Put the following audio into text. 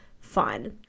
fun